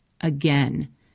again